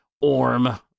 Orm